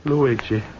Luigi